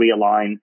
realign